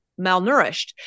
malnourished